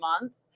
month